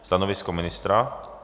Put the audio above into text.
Stanovisko ministra?